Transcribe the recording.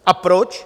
A proč?